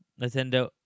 Nintendo